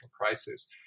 crisis